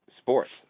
Sports